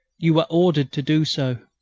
you were ordered to do so.